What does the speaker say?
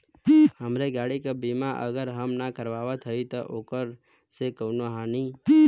हमरे गाड़ी क बीमा अगर हम ना करावत हई त ओकर से कवनों हानि?